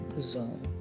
zone